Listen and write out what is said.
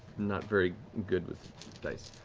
not very good with dice.